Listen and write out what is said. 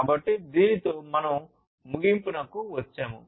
కాబట్టి దీనితో మనం ముగింపుకు వచ్చాము పరిశ్రమ 4